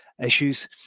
issues